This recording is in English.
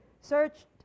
searched